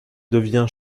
devient